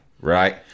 right